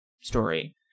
story